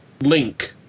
link